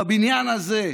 בבניין הזה,